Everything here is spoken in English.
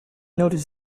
notice